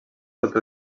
sota